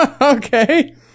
Okay